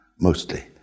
mostly